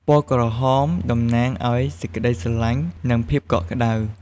ពណ៌ក្រហម តំណាងឲ្យ សេចក្តីស្រឡាញ់ និង ភាពកក់ក្តៅ។